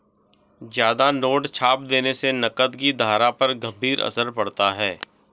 ज्यादा नोट छाप देने से नकद की धारा पर गंभीर असर पड़ता है